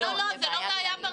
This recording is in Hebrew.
לא, זו לא בעיה פרטנית.